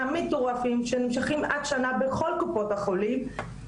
מטורפים שנמשכים עד שנה בכול קופות החולים.